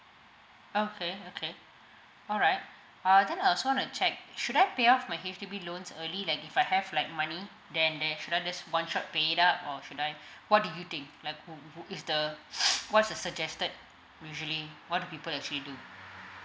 okay okay alright uh then uh I also want to check should I pay off my H_D_B loans early like if I have like money then there should I just one shot paid up or should I what do you think like wha~ wha~ is the what's the suggested usually what people actually do